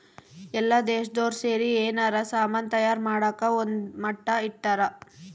ಎಲ್ಲ ದೇಶ್ದೊರ್ ಸೇರಿ ಯೆನಾರ ಸಾಮನ್ ತಯಾರ್ ಮಾಡಕ ಒಂದ್ ಮಟ್ಟ ಇಟ್ಟರ